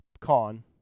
con